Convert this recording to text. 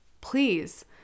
please